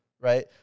right